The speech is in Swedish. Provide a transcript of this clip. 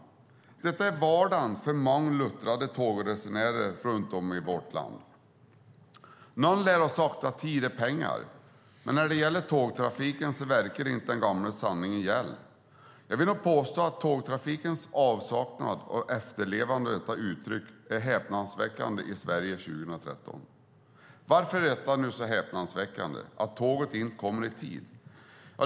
Detta är vardagen för många luttrade tågresenärer runt om i vårt land. Någon lär ha sagt att tid är pengar. Men när det gäller tågtrafiken verkar inte den gamla sanningen gälla. Jag vill nog påstå att tågtrafikens avsaknad av efterlevande av detta uttryck är häpnadsväckande i Sverige 2013. Varför är det nu så häpnadsväckande att tåget inte kommer i tid?